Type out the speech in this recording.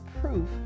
proof